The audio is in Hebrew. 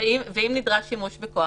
אם נדרש שימוש בכוח,